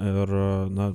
ir na